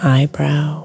Eyebrow